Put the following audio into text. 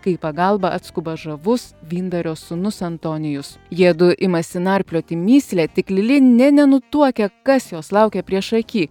kai į pagalbą atskuba žavus vyndario sūnus antonijus jiedu imasi narplioti mįslę tik lili nė nenutuokia kas jos laukia priešaky